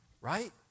Right